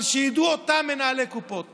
אבל שידעו אותם מנהלי קופות